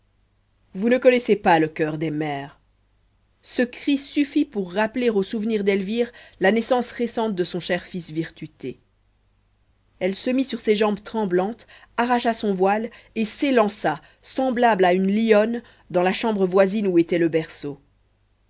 vous ne connaissez pas le coeur des mères ce cri suffit pour rappeler au souvenir d'elvire la naissance récente de son cher fils virtuté elle se mit sur ses jambes tremblantes arracha son voile et s'élança semblable à une lionne dans la chambre voisine où était le berceau